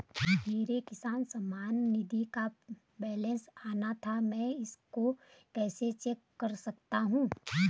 मेरा किसान सम्मान निधि का बैलेंस आना था मैं इसको कैसे चेक कर सकता हूँ?